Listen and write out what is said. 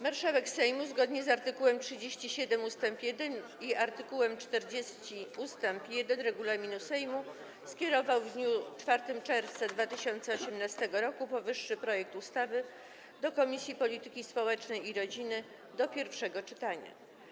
Marszałek Sejmu zgodnie z art. 37 ust. 1 i art. 40 ust. 1 regulaminu Sejmu skierował w dniu 4 czerwca 2018 r. powyższy projekt ustawy do Komisji Polityki Społecznej i Rodziny do pierwszego czytania.